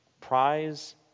Prize